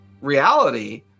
reality